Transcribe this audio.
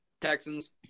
Texans